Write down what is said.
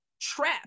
trap